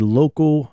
local